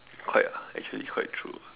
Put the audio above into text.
quite ya actually quite true